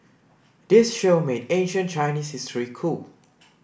this show made ancient Chinese history cool